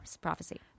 prophecy